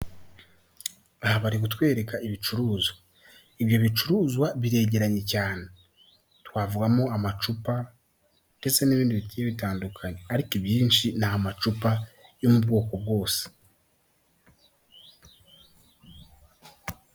Aha bari kutwereka ibicuruzwa, ibyo bicuruzwa biregeranye cyane, twavmo amacupa ndetse n'ibindi bigiye bitandukanye ariko ibyinshi n'amacupa yo mu bwoko bwose.